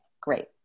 great